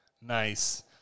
Nice